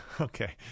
okay